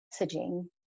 messaging